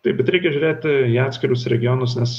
taip bet reikia žiūrėti į atskirus regionus nes